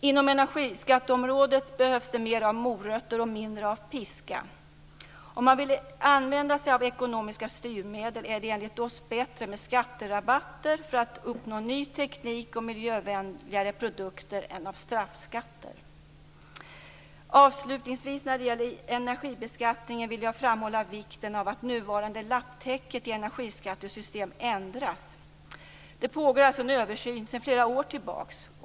På energiskatteområdet behövs det mer av morötter och mindre av piska. Om man vill använda sig av ekonomiska styrmedel är det enligt oss bättre med skatterabatter för att uppnå ny teknik och miljövänligare produkter än av straffskatter. När det gäller energibeskattningen vill jag till sist framhålla vikten av att nuvarande lapptäcke till energiskattesystem ändras. Det pågår alltså en översyn sedan flera år tillbaka.